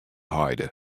heide